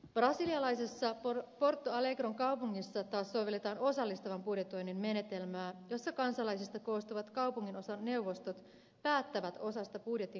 brasilialaisessa porto alegren kaupungissa taas sovelletaan osallistuvan budjetoinnin menetelmää jossa kansalaisista koostuvat kaupunginosaneuvostot päättävät osasta budjetin kohdentamista